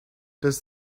does